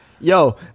Yo